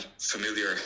familiar